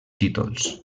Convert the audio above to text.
títols